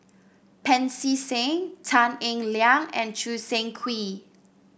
Pancy Seng Tan Eng Liang and Choo Seng Quee